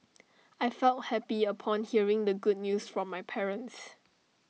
I felt happy upon hearing the good news from my parents